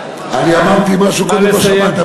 אבל גם זו סכנה גדולה,